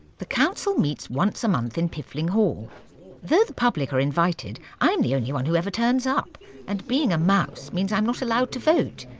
the council meets once a month in piffling hall. though the public are invited, i'm the only one who ever turns up and being a mouse means i'm not allowed to vote,